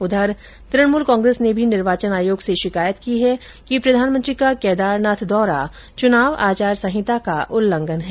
उधर तृणमूल कांग्रेस ने भी निर्वाचन आयोग से शिकायत की है कि प्रधानमंत्री का केदारनाथ दौरा चुनाव आचार संहिता का उल्लंघन है